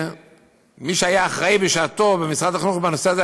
ומי שהיה אחראי בשעתו במשרד החינוך לנושא הזה,